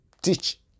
teach